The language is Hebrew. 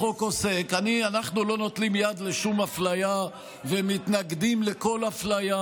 אנחנו לא נותנים יד לשום אפליה ומתנגדים לכל אפליה.